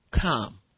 come